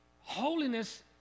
holiness